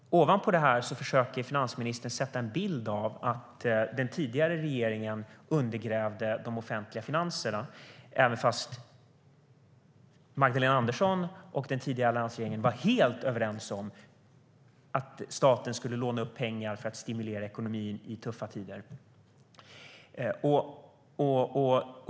Ovanpå detta försöker finansministern ge en bild av att den tidigare regeringen undergrävde de offentliga finanserna, trots att Magdalena Andersson och den tidigare alliansregeringen var helt överens om att staten skulle låna upp pengar för att stimulera ekonomin i tuffa tider.